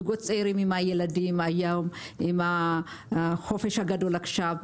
זוגות צעירים עם הילדים, עם החופש הגדול עכשיו.